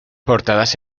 portadas